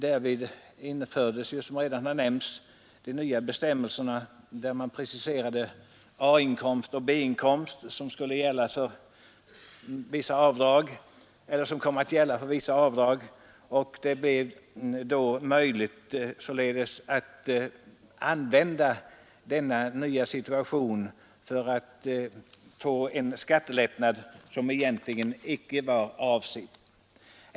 Därvid infördes, såsom redan har nämnts, de nya bestämmelserna, där man preciserade A-inkomst och B-inkomst som skulle komma att gälla för vissa avdrag. Det blev då möjligt att använda denna nya situation för att få en skattelättnad som egentligen inte var avsedd.